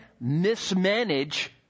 mismanage